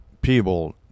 people